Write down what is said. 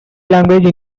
language